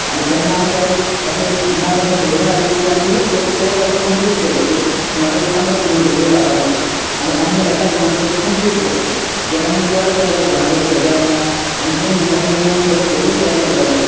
आनी तेन्ना आमकां एक अशें एक मन अशें भरून आयलें की अशें आमी एक ट्रॅक असो कंम्पलीट केलो सुमारे पंदरा किलोमिटरांचो जातालो आनी आमी एका दिसान तो कंम्पलीट केलो परत आयले घरा कडेन सगळे जाणा आनी दोन दिसांनी जेन्ना आमी सगळे फोटो शॅर करताले